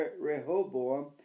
Rehoboam